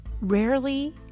Rarely